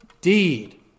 deed